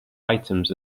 items